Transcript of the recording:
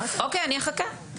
אוקיי, אני אחכה.